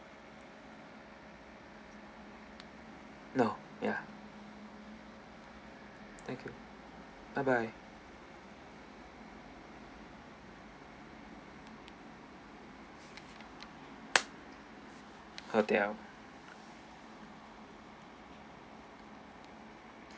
no ya thank you bye bye hotel